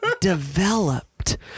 developed